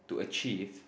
to achieve